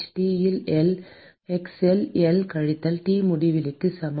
T இல் x இல் L கழித்தல் T முடிவிலிக்கு சமம்